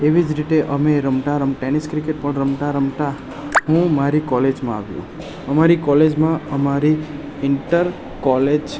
એવી જ રીતે અમે રમતા રમતા ટેનિસ ક્રિકેટ પણ રમતા રમતા હું મારી કોલેજમાં આવ્યો અમારી કોલેજમાં અમારી ઇન્ટર કોલેજ